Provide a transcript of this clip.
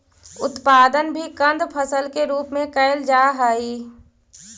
उत्पादन भी कंद फसल के रूप में कैल जा हइ